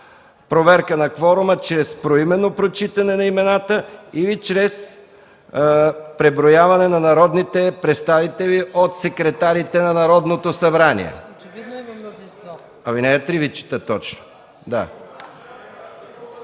проверка на кворума чрез поименно прочитане на имената или чрез преброяване на народните представители от секретарите на Народното събрание”. Алинея 3 Ви чета точно.